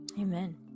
Amen